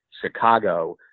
Chicago